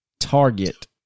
target